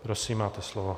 Prosím, máte slovo.